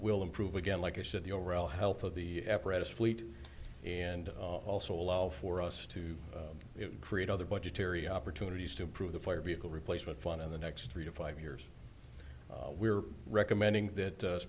will improve again like i said the overall health of the apparatus fleet and also allow for us to create other budgetary opportunities to improve the fire vehicle replacement fun in the next three to five years we're recommending that